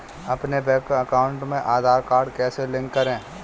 अपने bank account में Aadhaar card कैसे लिंक करें?